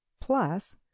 plus